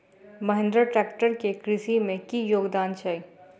Mahindra tractor केँ कृषि मे की योगदान छै?